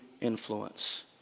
influence